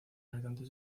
habitantes